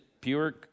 pure